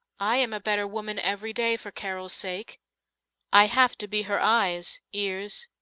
i am a better woman every day for carol's sake i have to be her eyes, ears,